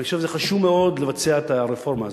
אני חושב שחשוב מאוד לבצע את הרפורמה הזאת,